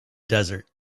desert